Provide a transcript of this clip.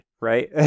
right